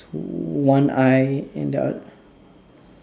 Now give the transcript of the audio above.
one eye and the oth~